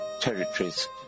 territories